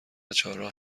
چهارراه